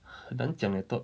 很难讲 leh top